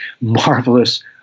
marvelous